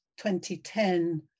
2010